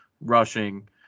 rushing